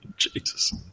Jesus